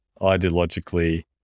ideologically